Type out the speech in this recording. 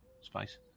space